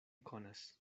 konas